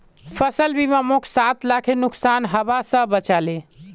फसल बीमा मोक सात लाखेर नुकसान हबा स बचा ले